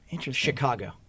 Chicago